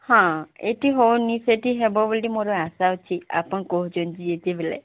ହଁ ଏଇଠି ହେଉନି ସେଠି ହେବ ବୋଲି ମୋର ଆଶା ଅଛି ଆପଣ କହୁଛନ୍ତି ଯେତେବେଳେ